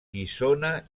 guissona